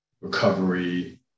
recovery